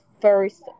first